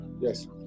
Yes